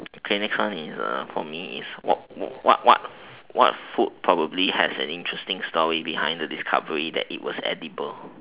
okay next one for me is for me what what what food probably has an interesting story behind the discovery that it was edible